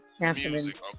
music